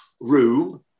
room